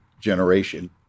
generation